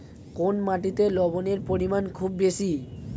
কোন মাটিতে লবণের পরিমাণ খুব বেশি?